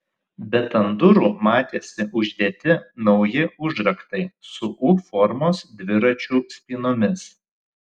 bet ant durų matėsi uždėti nauji užraktai su u formos dviračių spynomis